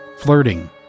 Flirting